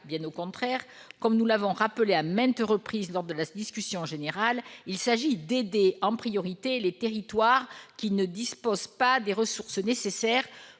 Bien au contraire, comme nous l'avons rappelé à maintes reprises lors de la discussion générale, il s'agit d'aider en priorité les territoires qui ne disposent pas des ressources nécessaires